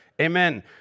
Amen